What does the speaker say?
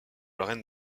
lauren